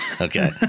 Okay